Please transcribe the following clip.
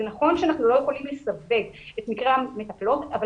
נכון שאנחנו לא יכולים לסווג את מקרי המטפלות אבל